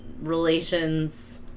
relations